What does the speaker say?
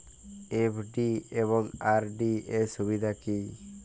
FD এবং RD এর সুবিধা কী?